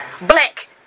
Black